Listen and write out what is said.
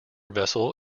vessel